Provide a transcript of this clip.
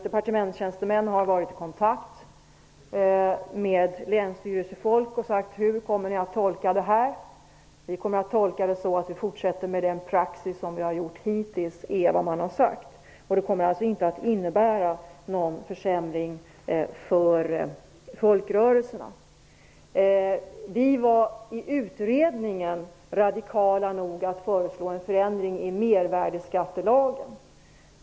Departementstjänstemän har varit i kontakt med personer på länsstyrelsen och frågat hur de kommer att tolka detta. De har svarat att de kommer att tolka det så, att de skall fortsätta med den praxis som de har haft hittills. Detta kommer alltså inte att innebära någon försämring för folkrörelserna. I utredningen var vi radikala nog att föreslå en förändring i mervärdesskattelagen.